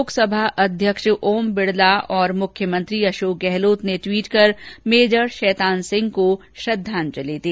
लोकसभा अध्यक्ष ओम बिड़ला और मुख्यमंत्री अशोक गहलोत ने ट्वीट कर मेजर शैतान सिंह को श्रद्वांजलि दी